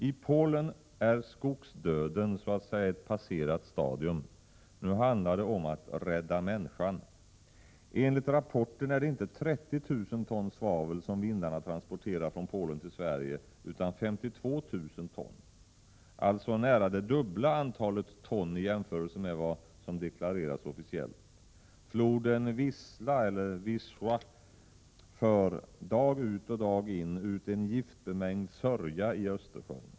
I Polen är skogsdöden så att säga ett passerat stadium. Nu handlar det om att rädda människan. Enligt rapporten är det inte 30 000 ton svavel som vindarna transporterar från Polen till Sverige utan 52 000 ton, således nära det dubbla antalet ton i jämförelse med vad som deklareras officiellt. Floden Wista för, dag ut och dag in, ut en giftbemängd sörja i Östersjön.